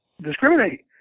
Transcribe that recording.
discriminate